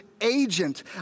agent